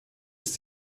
ist